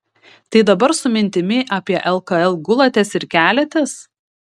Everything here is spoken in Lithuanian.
tai dabar su mintimi apie lkl gulatės ir keliatės